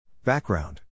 Background